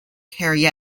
carry